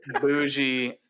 bougie